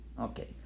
Okay